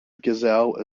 gazelle